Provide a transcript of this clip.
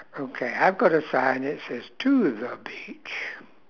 okay I've got a sign it says to the beach